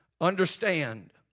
understand